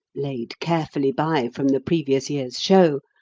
laid carefully by from the previous year's show,